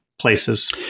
places